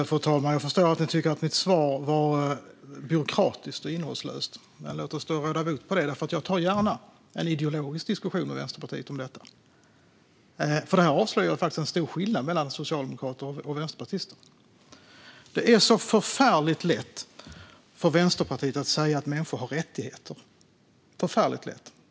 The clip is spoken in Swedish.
Fru talman! Jag förstår att ni tycker att mitt svar var byråkratiskt och innehållslöst. Låt oss då råda bot på det. Jag tar gärna en ideologisk diskussion om detta med Vänsterpartiet. Här avslöjas nämligen en stor skillnad mellan socialdemokrater och vänsterpartister. Det är så förfärligt lätt för vänsterpartister att säga att människor har rättigheter.